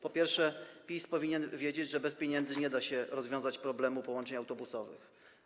Po pierwsze, PiS powinien wiedzieć, że bez pieniędzy nie da się rozwiązać problemu połączeń autobusowych.